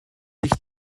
ich